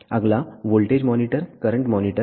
अगला voltage monitor current monitor है